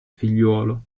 figliuolo